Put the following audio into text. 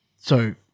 So-